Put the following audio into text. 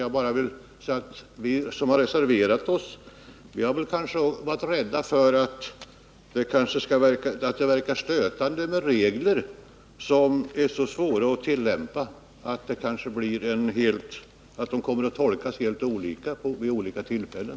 Jag kan bara säga att vi som har reserverat oss har varit rädda för att det kan verka stötande att ha regler som är så svåra att tillämpa att de kanske kommer att tolkas helt olika vid olika tillfällen.